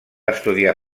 estudiar